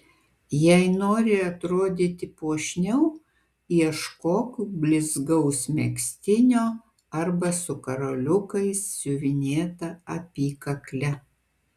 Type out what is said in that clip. jei nori atrodyti puošniau ieškok blizgaus megztinio arba su karoliukais siuvinėta apykakle